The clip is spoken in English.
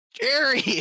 Jerry